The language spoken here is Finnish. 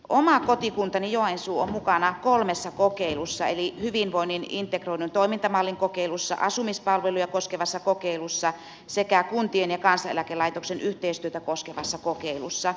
oma kotikuntani joensuu on mukana kolmessa kokeilussa eli hyvinvoinnin integroidun toimintamallin kokeilussa asumispalveluja koskevassa kokeilussa sekä kuntien ja kansaneläkelaitoksen yhteistyötä koskevassa kokeilussa